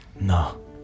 No